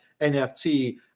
NFT